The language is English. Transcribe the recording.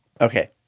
Okay